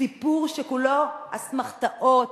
סיפור שכולו אסמכתאות.